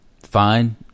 fine